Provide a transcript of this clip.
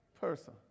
person